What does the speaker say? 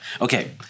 Okay